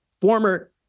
former